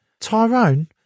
tyrone